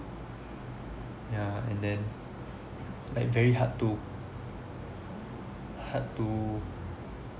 yeah and then like very hard to hard to